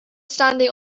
standing